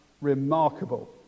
remarkable